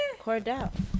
cordell